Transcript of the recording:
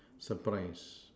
surprise